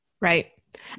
Right